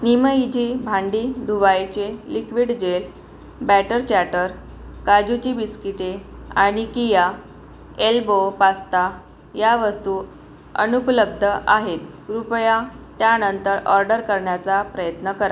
निमईझी भांडी धुवायचे liquid gel Batter Chatter काजूची बिस्किटे आणि कीया एल्बो पास्ता या वस्तू अनुपलब्ध आहेत कृपया त्यानंतर ऑर्डर करण्याचा प्रयत्न करा